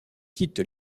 quitte